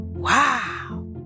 Wow